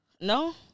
No